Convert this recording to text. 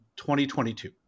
2022